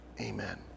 Amen